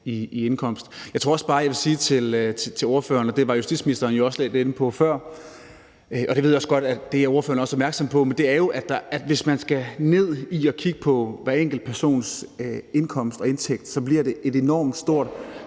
i indkomst. Jeg tror også bare, jeg vil sige til ordføreren – og det var justitsministeren jo også lidt inde på før, og jeg ved også godt, at ordføreren er opmærksom på det – at det jo, hvis man skal ned i at kigge på hver enkelt persons indkomst og indtægt, så bliver et enormt stort